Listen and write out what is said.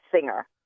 singer